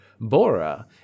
Bora